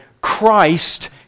Christ